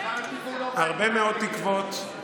הרבה מאוד תקוות,